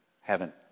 Heaven